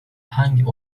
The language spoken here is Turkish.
hangi